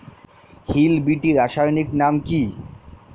Hill বিটি রাসায়নিক নাম কি?